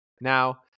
Now